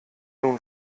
nun